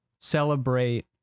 celebrate